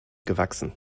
gewachsen